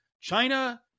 China